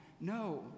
no